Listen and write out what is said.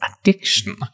addiction